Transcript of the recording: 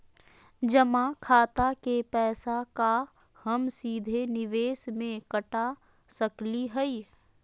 जमा खाता के पैसा का हम सीधे निवेस में कटा सकली हई?